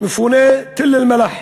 מפוני תל-אלמלח,